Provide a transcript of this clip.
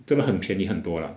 真的很便宜很多 lah